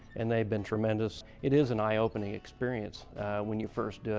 and they've been tremendous. it is an eye opening experience when you first do it.